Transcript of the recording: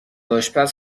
آشپز